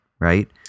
Right